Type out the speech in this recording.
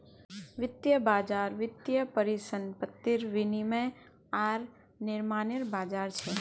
वित्तीय बज़ार वित्तीय परिसंपत्तिर विनियम आर निर्माणनेर बज़ार छ